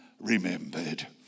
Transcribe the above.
remembered